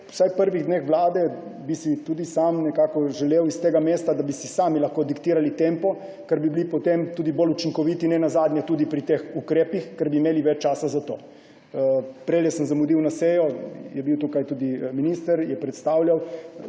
v teh prvih dneh vlade bi si tudi sam želel s tega mesta, da bi si sami lahko diktirali tempo, ker bi bili potem tudi bolj učinkoviti, ne nazadnje tudi pri teh ukrepih, ker bi imeli več časa za to. Prejle sem zamudil na sejo tudi zaradi tega, ker sem bil